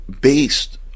based